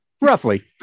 Roughly